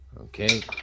Okay